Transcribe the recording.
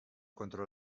کنترل